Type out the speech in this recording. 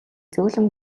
зөөлөн